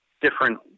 different